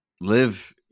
live